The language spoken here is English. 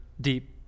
deep